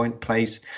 place